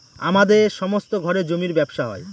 আমাদের সমস্ত ঘরে জমির ব্যবসা হয়